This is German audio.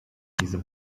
diese